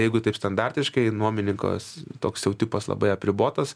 jeigu taip standartiškai nuomininkos toks jau tipas labai apribotas